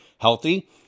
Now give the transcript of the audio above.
healthy